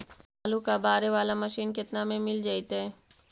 आलू कबाड़े बाला मशीन केतना में मिल जइतै?